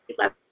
love